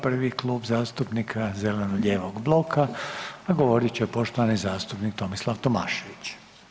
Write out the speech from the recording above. Prvi Klub zastupnika zeleno-lijevog bloka, a govorit će poštovani zastupnik Tomislav Tomašević.